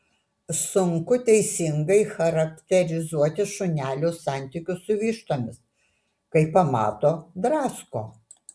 sunku teisingai charakterizuoti šunelių santykius su vištomis kai pamato drasko